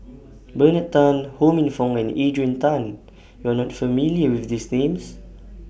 Bernard Tan Ho Minfong and Adrian Tan YOU Are not familiar with These Names